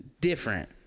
different